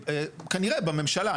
כנראה בממשלה.